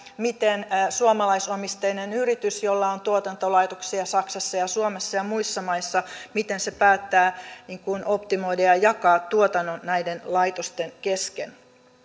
miten suomalaisomisteinen yritys jolla on tuotantolaitoksia saksassa ja suomessa ja muissa maissa päättää optimoida ja ja jakaa tuotannon näiden laitosten kesken